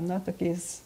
na tokiais